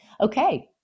Okay